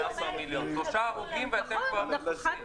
שלושה הרוגים ואתם כבר מכוסים.